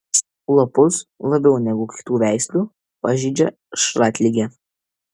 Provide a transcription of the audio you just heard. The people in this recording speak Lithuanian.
lapus labiau negu kitų veislių pažeidžia šratligė